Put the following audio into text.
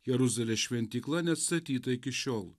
jeruzalės šventykla neatstatyta iki šiol